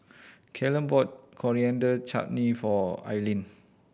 Callum bought Coriander Chutney for Ailene